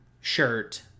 Shirt